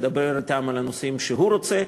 מדבר אתם על הנושאים שהוא רוצה,